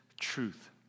truth